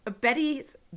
Betty's